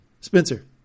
Spencer